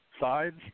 sides